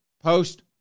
post